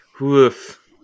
woof